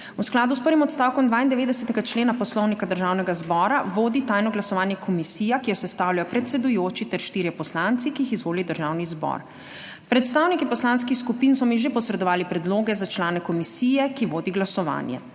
V skladu s prvim odstavkom 92. člena Poslovnika Državnega zbora vodi tajno glasovanje komisija, ki jo sestavljajo predsedujoči ter štirje poslanci, ki jih izvoli Državni zbor. Predstavniki poslanskih skupin so mi že posredovali predloge za člane komisije, ki vodi glasovanje.